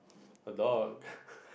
a dog